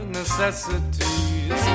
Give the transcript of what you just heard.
necessities